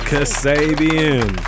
Kasabian